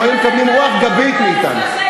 הם היו מקבלים רוח גבית מאתנו.